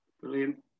Brilliant